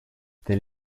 there